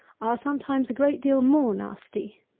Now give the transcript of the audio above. are sometimes a great deal more nasty.